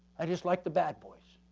i dislike the bad boys.